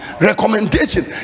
Recommendation